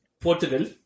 Portugal